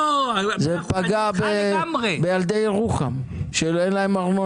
זה פגע בילדי ירוחם שאין להם ארנונה.